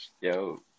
yo